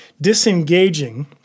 disengaging